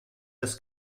des